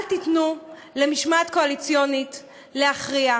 אל תיתנו למשמעת הקואליציונית להכריע,